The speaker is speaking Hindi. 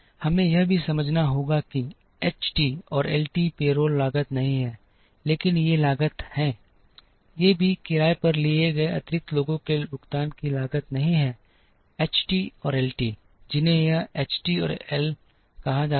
हमें यह भी समझना होगा कि एच टी और एल टी पेरोल लागत नहीं हैं लेकिन ये लागत हैं ये भी किराए पर लिए गए अतिरिक्त लोगों के भुगतान की लागत नहीं हैं एच टी और एल टी जिन्हें यह एच टी और एल कहा जाता है